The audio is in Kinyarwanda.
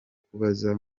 kubaza